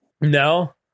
no